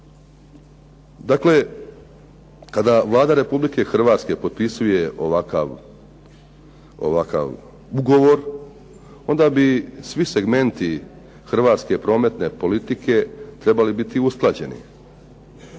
Dakle, kada Vlada Republike Hrvatske potpisuje ovakav ugovor onda bi svi segmenti hrvatske prometne politike trebali biti usklađeni.